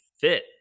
fit